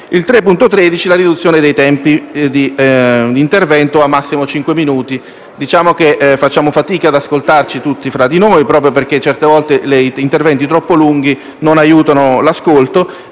prevede la riduzione dei tempi di intervento ad un massimo di cinque minuti. Facciamo fatica ad ascoltarci tutti fra di noi proprio perché talvolta interventi troppo lunghi non aiutano l'ascolto